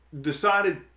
decided